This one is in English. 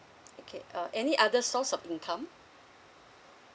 okay uh any other source of income